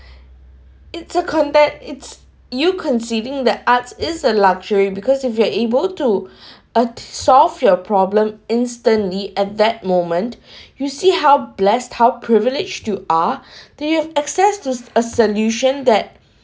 it's a context its you conceiving the arts is a luxury because if you are able to uh to solve your problem instantly at that moment you see how blessed how privilege to are they have access to a solution that